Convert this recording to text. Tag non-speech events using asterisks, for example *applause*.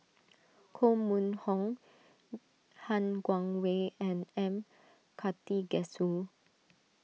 Koh Mun Hong *hesitation* Han Guangwei and M Karthigesu